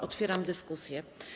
Otwieram dyskusję.